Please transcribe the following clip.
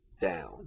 down